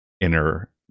inner